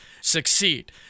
succeed